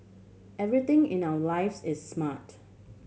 everything in our lives is smart